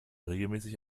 regelmäßig